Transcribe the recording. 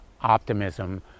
optimism